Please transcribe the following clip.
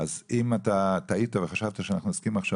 אז אם טעית וחשבת שאנחנו עוסקים עכשיו